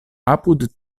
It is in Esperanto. apud